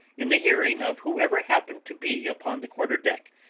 in the hearing of whoever happened to be upon the quarter-deck,